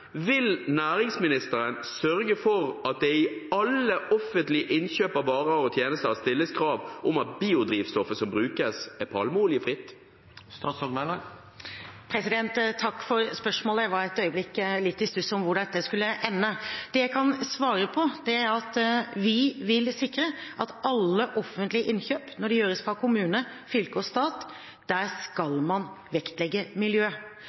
vil næringsministeren sørge for at det i alle offentlige innkjøp av varer og tjenester stilles krav om at biodrivstoffet som brukes, er palmeoljefritt? Takk for spørsmålet. Jeg var et øyeblikk litt i stuss om hvor dette skulle ende. Det jeg kan svare på, er at vi vil sikre at man ved alle offentlige innkjøp, når de gjøres av kommune, fylke eller stat, skal vektlegge miljø